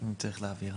אם צריך להבהיר.